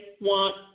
want